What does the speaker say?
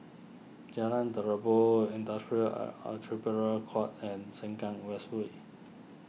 Jalan Terubok Industrial are Arbitration Court and Sengkang West Way